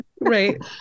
right